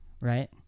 right